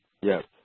Yes